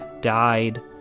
died